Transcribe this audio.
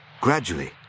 Gradually